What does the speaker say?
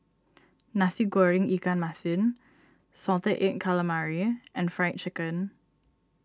Nasi Goreng Ikan Masin Salted Egg Calamari and Fried Chicken